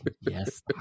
Yes